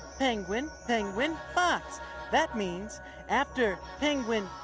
penguin, penguin, box. that means after penguin,